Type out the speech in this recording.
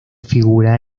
figura